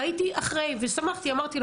ראיתי אחרי ושמחתי,